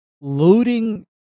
Loading